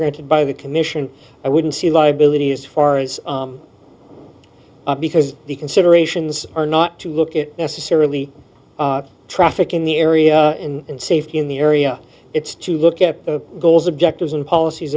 granted by the commission i wouldn't see liability as far as because the considerations are not to look at necessarily traffic in the area and safety in the area it's to look at the goals objectives and policies